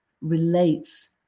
relates